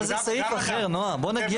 אבל זה סעיף אחר, נעה, בואי נגיע אליו.